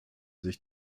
sich